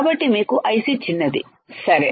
కాబట్టి మీకు ఐసి చిన్నది సరే